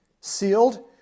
sealed